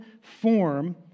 form